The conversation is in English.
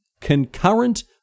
concurrent